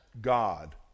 God